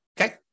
Okay